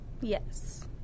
yes